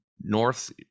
north